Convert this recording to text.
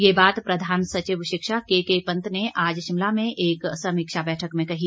ये बात प्रधान सचिव शिक्षा के के पंत ने आज शिमला में एक समीक्षा बैठक में कही